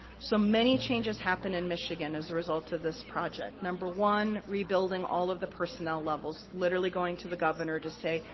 so, many changes happened in michigan as a result of this project. number one, rebuilding all of the personnel levels, literally going to the governor to say,